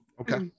Okay